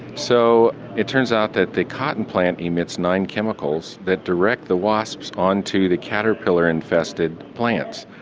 so it turns out that the cotton plant emits nine chemicals that direct the wasps onto the caterpillar infested plants.